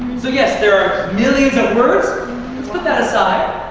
so yes, there are millions of words. let's put that aside.